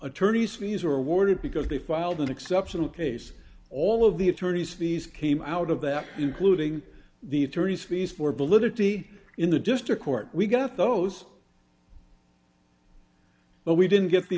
attorneys fees were awarded because they filed an exceptional case all of the attorney's fees came out of that including the attorney's fees for validity in the district court we got those but we didn't get the